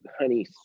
honey